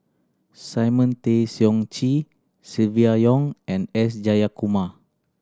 Simon Tay Seong Chee Silvia Yong and S Jayakumar